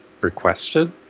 requested